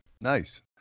Nice